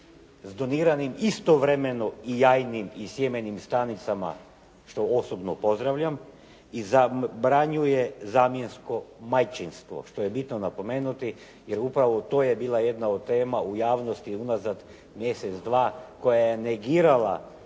s doniranim istovremeno i jajnim i sjemenim stanicama što osobno pozdravljam i zabranjuje zamjensko majčinstvo što je bitno napomenuti jer upravo to je bila jedna od tema u javnosti unazad mjesec, dva koja je negirala